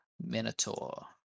minotaur